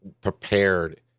prepared